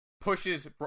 pushes